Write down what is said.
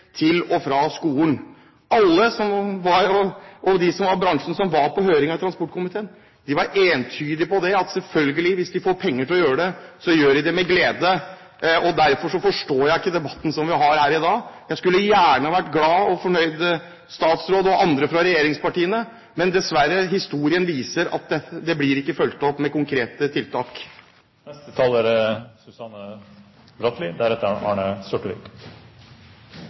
til og fra skolen. Alle de i bransjen som var på høringen i transportkomiteen, var entydig på det at selvfølgelig hvis de får penger til å gjøre det, gjør de det med glede. Derfor forstår jeg ikke debatten som vi har her i dag. Jeg skulle gjerne vært glad og fornøyd – statsråd og andre fra regjeringspartiene – men, dessverre, historien viser at det ikke blir fulgt opp med konkrete tiltak.